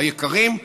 היקרים,